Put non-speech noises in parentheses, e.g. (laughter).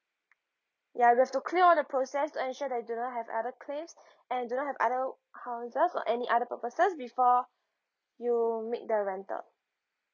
ya you have to clear all the process to ensure that you do not have other claims (breath) and do not have other houses or any other purposes before you make the rental